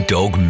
Dog